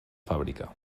fàbrica